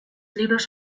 libros